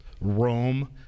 Rome